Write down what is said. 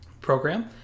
program